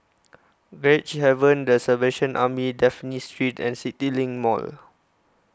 Gracehaven the Salvation Army Dafne Street and CityLink Mall